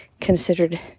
considered